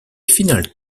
final